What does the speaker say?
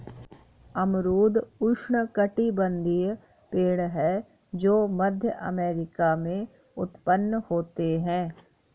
अमरूद उष्णकटिबंधीय पेड़ है जो मध्य अमेरिका में उत्पन्न होते है